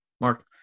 mark